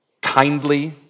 kindly